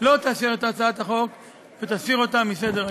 לא תאשר את הצעת החוק ותסיר אותה מסדר-היום.